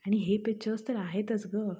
आणि हे पिक्चर्स तर आहेतच गं